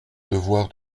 devoir